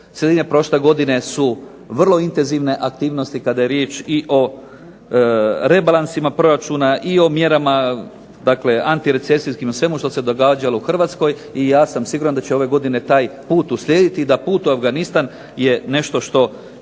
sredine prošle godine su vrlo intenzivne aktivnosti kada je riječ i o rebalansima proračuna i o mjerama dakle antirecesijskim, svemu što se događalo u Hrvatskoj, i ja sam siguran da će ove godine taj put uslijediti, da put u Afganistana je nešto što